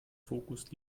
fokus